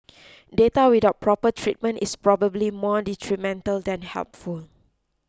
data without proper treatment is probably more detrimental than helpful